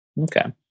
Okay